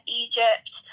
egypt